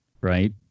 right